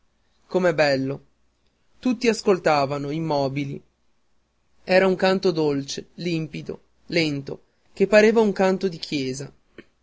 com'è bello tutti ascoltavano immobili era un canto dolce limpido lento che pareva un canto di chiesa